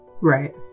Right